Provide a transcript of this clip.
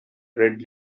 red